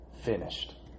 Finished